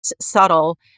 subtle